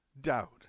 doubt